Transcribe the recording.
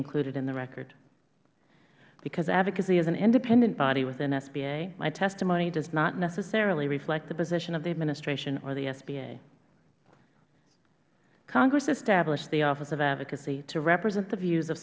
included in the record because advocacy is an independent body within sba my testimony does not necessarily reflect the position of the administration or the sba congress established the office of advocacy to represent the views of